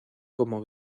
como